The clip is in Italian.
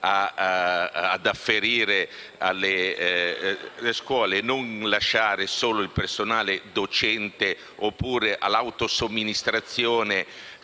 Grazie,